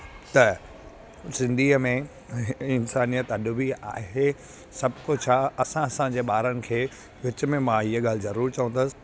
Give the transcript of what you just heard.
त सिंधीअ में हिं इंसानियत अॼु बि आहे सभु कुझु आहे असां असांजे ॿारनि खे विच में मां इहे ॻाल्हि चवंदसि